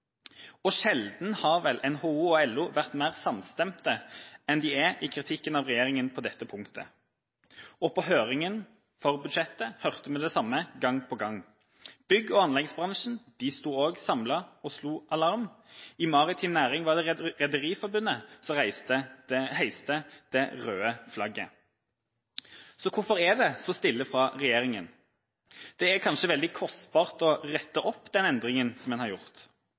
Sjelden har vel NHO og LO vært mer samstemte enn de er i kritikken av regjeringa på dette punktet. På høringa for budsjettet hørte vi det samme gang på gang. Bygge- og anleggsbransjen sto også samlet og slo alarm. I maritim næring var det Rederiforbundet som heiste det røde flagget. Så hvorfor er det så stille fra regjeringa – det er kanskje veldig kostbart å rette opp den endringa som en har gjort?